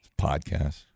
Podcast